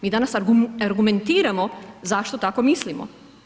Mi danas argumentiramo zašto tamo mislimo.